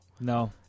No